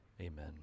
Amen